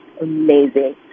amazing